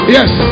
Yes